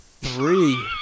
Three